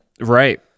right